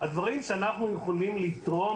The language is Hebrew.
הדברים שאנחנו יכולים לתרום,